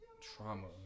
trauma